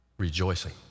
rejoicing